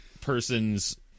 person's